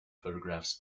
photographs